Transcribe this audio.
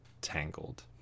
Tangled